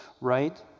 Right